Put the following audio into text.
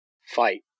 fight